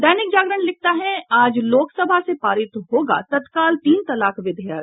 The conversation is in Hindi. दैनिक जागरण लिखता है आज लोकसभा से पारित होगा तत्काल तीन तलाक विधेयक